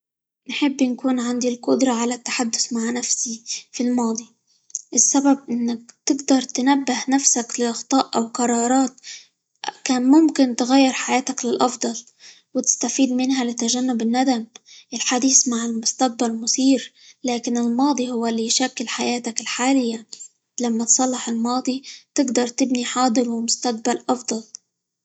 نحب نكون عندي القدرة على التحدث مع نفسي في الماضي؛ السبب إنك تقدر تنبه نفسك لأخطاء، أو قرارات كان ممكن تغير حياتك للأفضل، وتستفيد منها؛ لتجنب الندم، الحديث مع المستقبل مثير، لكن الماضى هو اللي يشكل حياتك الحالية، لما تصلح الماضي تقدر تبني حاضر، ومستقبل أفضل.